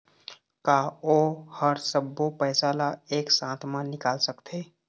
का ओ हर सब्बो पैसा ला एक साथ म निकल सकथे?